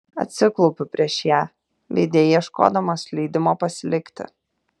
atsiklaupiu prieš ją veide ieškodamas leidimo pasilikti